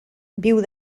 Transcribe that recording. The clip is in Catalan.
viu